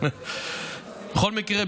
בכל מקרה,